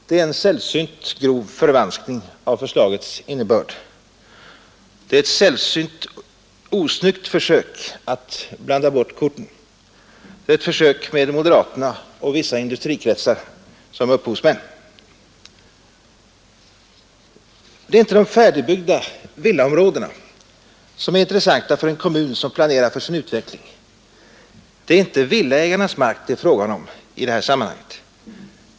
Det är en sällsynt grov förvanskning av förslagets innebörd, det är ett sällsynt osnyggt försök att blanda bort korten — med moderaterna och vissa industrikretsar som upphovsmän. Det är inte de färdigbyggda villaområdena som är intressanta för en kommun som planerar för sin utveckling. Det är inte villaägarnas mark det är fråga om i det här sammanhanget.